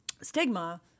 stigma